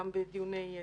גם בדיוני תקציב,